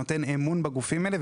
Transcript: נותנים אמון בגופים האלה,